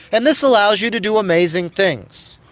and this allows you to do amazing things.